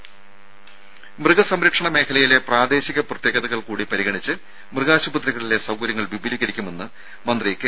രംഭ മൃഗസംരക്ഷണ മേഖലയിലെ പ്രദേശിക പ്രത്യേകതകൾ കൂടി പരിഗണിച്ച് മൃഗാശുപത്രികളിലെ സൌകര്യങ്ങൾ വിപുലീകരി ക്കുമെന്ന് മന്ത്രി കെ